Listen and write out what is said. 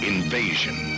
Invasion